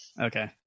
Okay